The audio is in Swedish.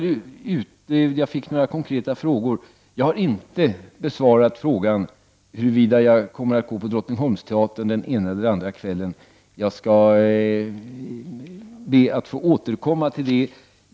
Jag fick några konkreta frågor. Jag har inte besvarat frågan om huruvida jag kommer att gå på Drottningholmsteatern den ena eller andra kvällen. Jag skall be att få återkomma till detta.